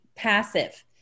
passive